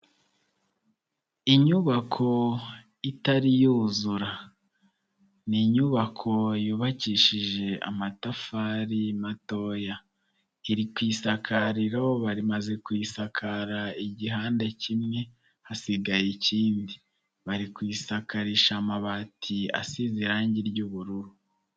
Inyubako itari yuzura. Ni inyubako yubakishije amatafari matoya. Iri ku isakariro barimaze kuyisakara igihandade kimwe, hasigaye ikindi. Bari ku isakarisha amabati asize irangi ry'ubururu.